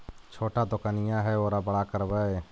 छोटा दोकनिया है ओरा बड़ा करवै?